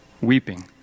weeping